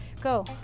go